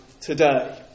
today